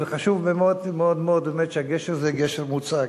וחשוב מאוד מאוד באמת שהגשר הזה יהיה גשר מוצק.